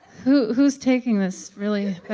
who's who's taking this really